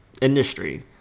industry